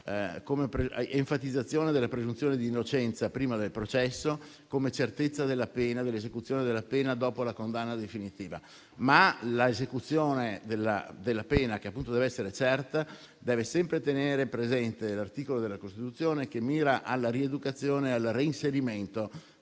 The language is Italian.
come enfatizzazione della presunzione di innocenza prima del processo e come certezza dell'esecuzione della pena dopo la condanna definitiva. L'esecuzione certa della pena, però, deve sempre tenere presente l'articolo della Costituzione che mira alla rieducazione e al reinserimento